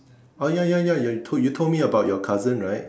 oh ya ya ya ya you told you told me about your cousin right